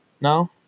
No